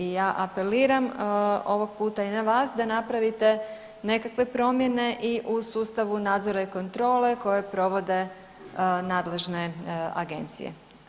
I ja apeliram ovog puta i na vas da napravite nekakve promjene i u sustavu nadzora i kontrole kojeg provode nadležne agencije.